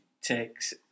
takes